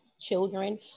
children